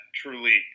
truly